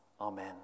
amen